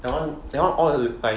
that one that one all like